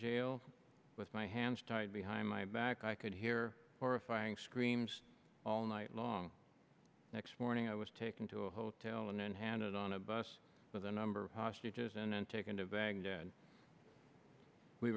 jail with my hands tied behind my back i could hear horrifying screams all night long next morning i was taken to a hotel and then handed on a bus with a number of hostages and then taken to baghdad we